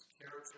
character